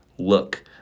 Look